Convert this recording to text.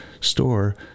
store